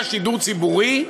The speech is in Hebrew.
ציבורי?